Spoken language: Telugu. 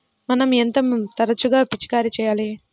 మనం ఎంత తరచుగా పిచికారీ చేయాలి?